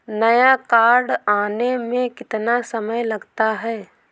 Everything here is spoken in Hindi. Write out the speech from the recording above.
नया कार्ड आने में कितना समय लगता है?